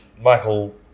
Michael